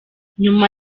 nyuma